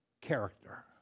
character